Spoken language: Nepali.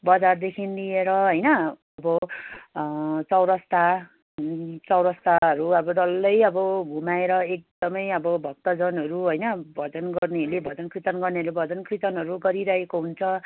बजारदेखि लिएर होइन अब चौरस्ता चौरस्ताहरू अब डल्लै अब घुमाएर एकदम अब भक्तजनहरू होइन भजन गर्नेहरूले भजन कीर्तन गर्नेहरूले भजन कीर्तनहरू गरिरहेको हुन्छ